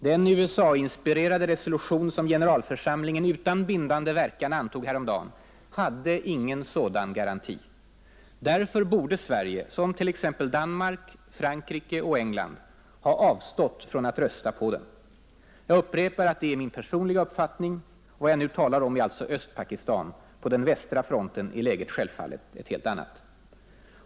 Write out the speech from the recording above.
Den USA-inspirerade resolution som generalförsamlingen utan bindande verkan antog häromdagen hade ingen sådan garanti. Därför borde Sverige — såsom t.ex. Danmark, Frankrike och England — ha avstått från att rösta på den. Jag upprepar att det är min personliga uppfattning. Vad jag nu talar om är alltså Östpakistan. På den västra fronten är läget självfallet ett helt annat.